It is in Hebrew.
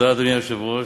אדוני היושב-ראש,